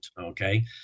okay